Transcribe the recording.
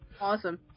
Awesome